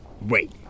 wait